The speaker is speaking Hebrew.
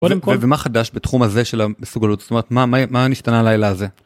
קודם כל, ומה חדש בתחום הזה של המסוגלות, זאת אומרת, מה נשתנה הלילה הזה?